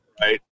right